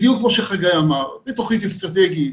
בדיוק כמו שחגי אמר, בתוכנית אסטרטגית,